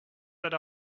that